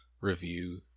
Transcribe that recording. review